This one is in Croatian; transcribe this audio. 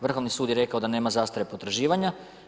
Vrhovni sud je rekao da nema zastare potraživanja.